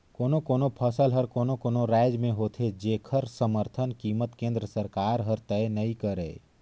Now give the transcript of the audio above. कोनो कोनो फसल हर कोनो कोनो रायज में होथे जेखर समरथन कीमत केंद्र सरकार हर तय नइ करय